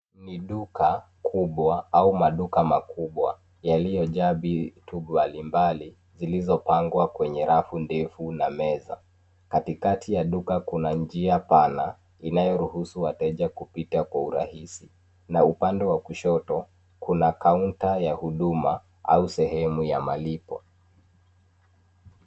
Ni duka kubwa au maduka makubwa yaliyojaa vitu mbalimbali zilizopangwa kwenye rafu ndefu na meza. Katikati ya duka kuna njia pana inayoruhusu wateja kupita kwa urahisi. Na upande wa kushoto kuna kaunta ya huduma au sehemu ya malipo.